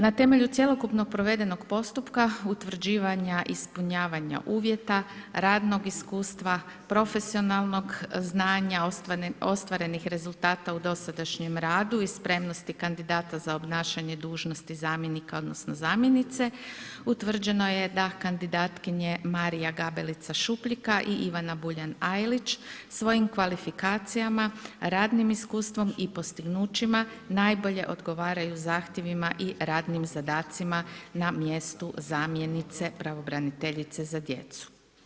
Na temelju cjelokupno provedenog postupka utvrđivanja ispunjavanja uvjeta, radnog iskustva, profesionalnog znanja, ostvarenih rezultata u dosadašnjem radu i spremnosti kandidata za obnašanje dužnosti zamjenika odnosno zamjenice, utvrđeno je da kandidatkinje Marija Gabelica Šupljika i Ivana Buljan Ajlić svojim kvalifikacijama radnim iskustvom i postignućima najbolje odgovaraju zahtjevima i radnim zadacima na mjestu zamjenice pravobraniteljice za djecu.